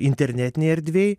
internetinėj erdvėj